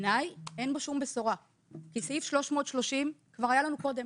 בעיניי אין בו שום בשורה כי את סעיף 330 כבר היה לנו קודם.